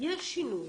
יש שינוי.